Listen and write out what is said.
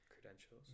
credentials